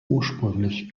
ursprünglich